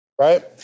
right